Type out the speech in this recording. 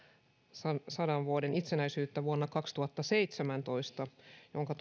sadan sadan vuoden itsenäisyyttä vuonna kaksituhattaseitsemäntoista jonka